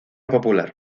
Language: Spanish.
popular